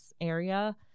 area